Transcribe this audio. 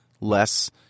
less